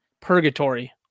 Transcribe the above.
purgatory